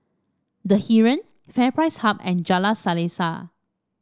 The Heeren FairPrice Hub and Jalan Selaseh